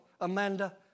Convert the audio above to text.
Amanda